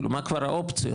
כאילו מה כבר האופציות.